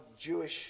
Jewish